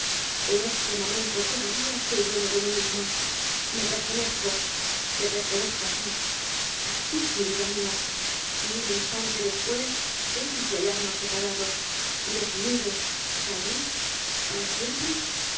en este momento todavía soy dueño de mi mismo me pertenezco te pertenezco á ti á ti querida mia y un instante después hemos de hallarnos separados desunidos tal vez para siempre